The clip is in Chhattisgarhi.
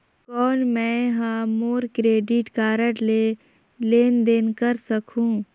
कौन मैं ह मोर क्रेडिट कारड ले लेनदेन कर सकहुं?